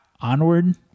Onward